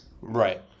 Right